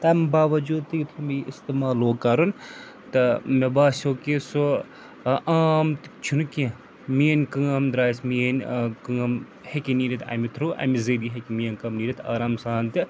تَمہِ باوجوٗد تہِ یُتھُے مےٚ یہِ استعمال لوگ کَرُن تہٕ مےٚ باسیٚو کہِ سُہ عام تہِ چھُنہٕ کیٚنٛہہ میٛٲنۍ کٲم درٛایَس میٛٲنۍ ٲں کٲم ہیٚکہِ نیٖرِتھ اَمہِ تھرٛوٗ اَمہِ ذٔریعہِ ہیٚکہِ میٛٲنۍ کٲم نیٖرِتھ آرام سان تہٕ